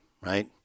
right